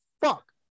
fuck